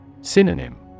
Synonym